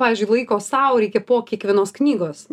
pavyzdžiui laiko sau reikia po kiekvienos knygos